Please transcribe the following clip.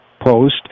Post